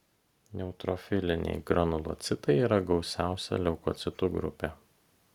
neutrofiliniai granulocitai yra gausiausia leukocitų grupė